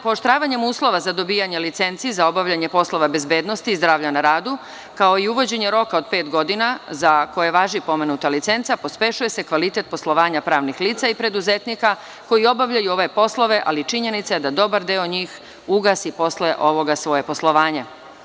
Pooštravanjem uslova za dobijanje licenci za obavljanje poslova bezbednosti i zdravlja na radu, kao i uvođenje roka od pet godina, za koje važi pomenuta licenca, pospešuje se kvalitet poslovanja pravnih lica i preduzetnika koji obavljaju ove poslove, ali činjenica je da dobar deo njih ugasi posle ovoga svoje poslovanje.